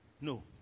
No